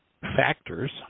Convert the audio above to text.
factors